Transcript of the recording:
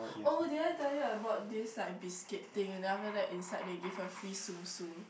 oh did I tell you I bought this like biscuit thing and then after that inside they give a Tsum-Tsum